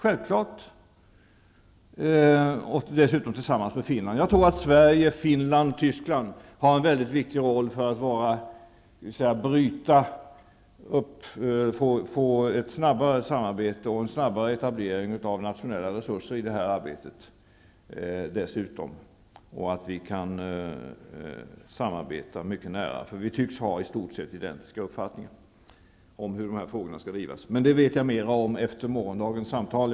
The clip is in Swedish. Jag tror att Sverige, Finland och Tyskland har en viktig roll för att snabbare få till stånd ett samarbete och en etablering av nationella resurser i det här arbetet. Vi tycks ha i stort sett identiska uppfattningar och kan därför samarbeta nära med varandra. Men det vet jag mera om efter morgondagens samtal.